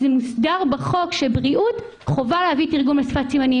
זה מוסדר בחוק שלבריאות חובה להביא תרגום לשפת סימנים.